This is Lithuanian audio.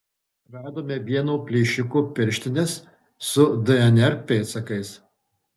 radome vieno plėšiko pirštines su dnr pėdsakais